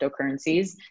cryptocurrencies